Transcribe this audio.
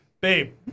babe